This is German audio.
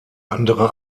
andere